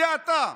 זה אתה.